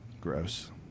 Gross